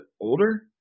older